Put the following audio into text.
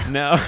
no